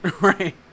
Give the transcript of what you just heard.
Right